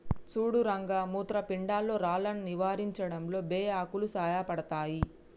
సుడు రంగ మూత్రపిండాల్లో రాళ్లను నివారించడంలో బే ఆకులు సాయపడతాయి